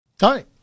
Hi